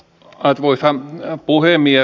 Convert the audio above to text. arvoisa puhemies